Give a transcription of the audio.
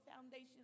foundation